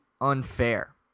unfair